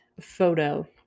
photo